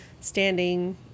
standing